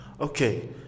okay